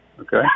Okay